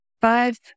five